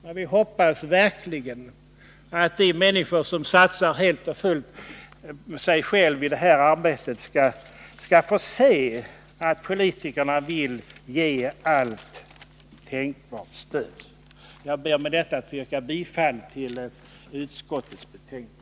Jag hoppas emellertid att de människor som satsar sig själva helt och fullt i det här arbetet skall få se att politikerna vill ge allt stöd de kan. Jag ber med detta att få yrka bifall till utskottets hemställan.